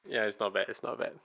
ya it's not bad not bad